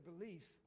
belief